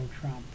Trump